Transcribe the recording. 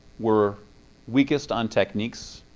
we're weakest on techniques.